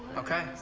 okay,